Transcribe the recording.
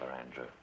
andrew